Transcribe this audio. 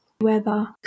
weather